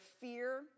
fear